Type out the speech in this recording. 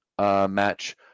match